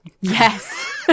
Yes